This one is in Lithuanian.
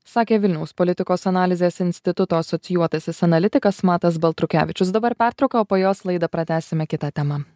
sakė vilniaus politikos analizės instituto asocijuotasis analitikas matas baltrukevičius dabar pertrauka o po jos laidą pratęsime kita tema